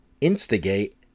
instigate